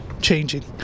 changing